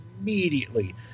immediately